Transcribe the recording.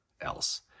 else